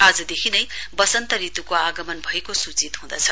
आज देखि नै बसन्त ऋत्को आगमन भएको सूचित हँदैछ